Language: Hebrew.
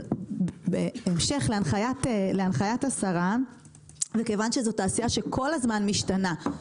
בהמשך להנחיית השרה וכיוון שזאת תעשייה שכל הזמן משתנה,